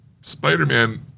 Spider-Man